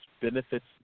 Benefits